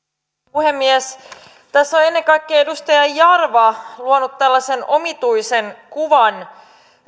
puhemies tässä on ennen kaikkea edustaja jarva luonut tällaisen omituisen kuvan